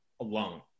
alone